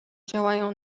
działają